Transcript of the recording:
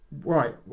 Right